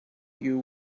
you